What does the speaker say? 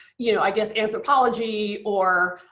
you know i guess anthropology or